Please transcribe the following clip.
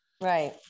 Right